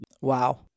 Wow